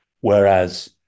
Whereas